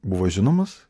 buvo žinomas